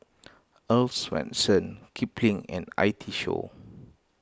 Earl's Swensens Kipling and I T Show